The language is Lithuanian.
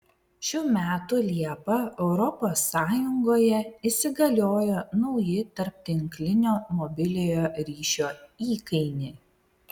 šių metų liepą europos sąjungoje įsigaliojo nauji tarptinklinio mobiliojo ryšio įkainiai